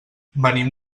venim